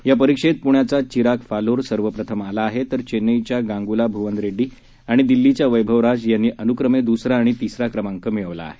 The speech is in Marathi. या परीक्षेत पुण्याचा चिराग फालोर सर्वप्रथम आला आहे तर चेन्नईच्या गांगुला भुवन रेड्डी आणि दिल्लीच्या वैभवराज यांनी अनुक्रमे द्वितीय आणि तृतीय क्रमांक मिळवला आहे